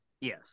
Yes